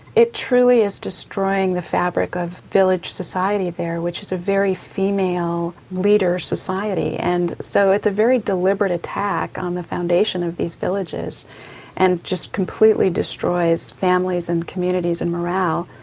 it truly is destroying the fabric of village society there which is a very female leader society and so it's a very deliberate attack on the foundation of these villages and just completely destroys families and communities and morale,